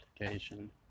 application